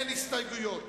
אין הסתייגויות.